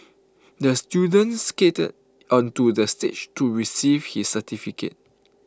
the student skated onto the stage to receive his certificate